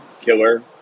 killer